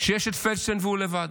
שיש את פלדשטיין והוא לבד.